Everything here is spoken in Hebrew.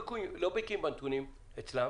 אנחנו לא בקיאים בנתונים אצלם